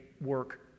work